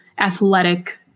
athletic